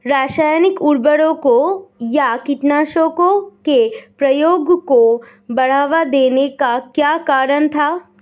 रासायनिक उर्वरकों व कीटनाशकों के प्रयोग को बढ़ावा देने का क्या कारण था?